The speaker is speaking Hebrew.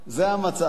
זה המצב.